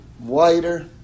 wider